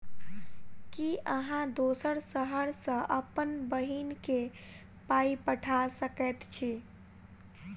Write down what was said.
की अहाँ दोसर शहर सँ अप्पन बहिन केँ पाई पठा सकैत छी?